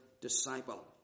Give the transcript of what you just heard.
disciple